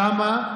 שם,